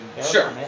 Sure